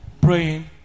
praying